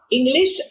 English